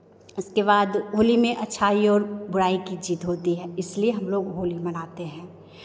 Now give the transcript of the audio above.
उसके बाद होली में अच्छाई और बुराई की जीत होती है इसलिए हम लोग होली मनाते हैं